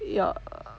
ya